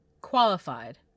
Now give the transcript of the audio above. Qualified